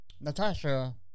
natasha